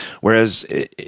Whereas